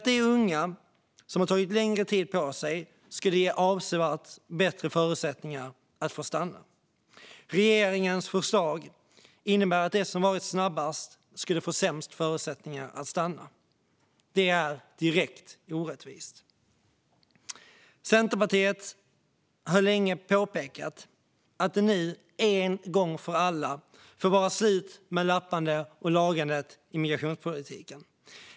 De unga som tagit längre tid på sig skulle ges avsevärt bättre förutsättningar att få stanna. Regeringens förslag innebär alltså att de som varit snabbast skulle få sämst förutsättningar att stanna. Det är direkt orättvist. Centerpartiet har länge påpekat att det en gång för alla får vara slut med lappandet och lagandet i migrationspolitiken.